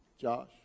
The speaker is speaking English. Josh